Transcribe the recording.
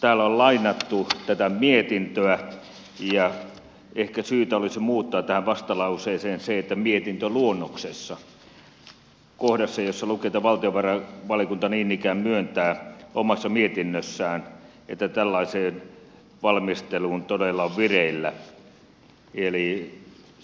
täällä on lainattu tätä mietintöä ja ehkä syytä olisi muuttaa tähän vastalauseeseen se että mietintöluonnoksessa kohdassa jossa lukee että valtiovarainvaliokunta niin ikään myöntää omassa mietinnössään että tällainen valmistelu todella on vireillä